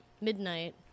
midnight